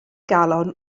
galon